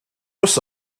bws